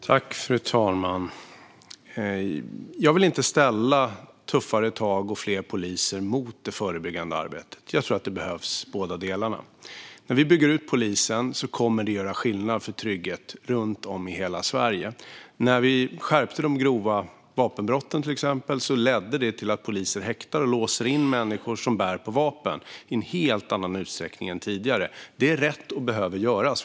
Fru talman! Jag vill inte ställa tuffare tag och fler poliser mot det förebyggande arbetet. Jag tror att båda delarna behövs. När vi bygger ut polisen kommer det att göra skillnad för trygghet runt om i hela Sverige. När vi till exempel skärpte straffen för grova vapenbrott ledde det till att poliser nu häktar och låser in människor som bär på vapen i en helt annan utsträckning än tidigare. Det är rätt och behöver göras.